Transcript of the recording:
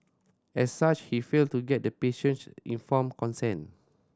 as such he failed to get the patient's informed consent